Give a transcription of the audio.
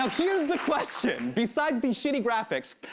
um here's the question. besides these shitty graphics,